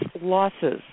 losses